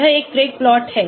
यह एक Craig plot है